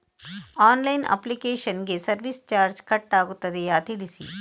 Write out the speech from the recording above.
Online application ಗೆ service charge cut ಆಗುತ್ತದೆಯಾ ತಿಳಿಸಿ?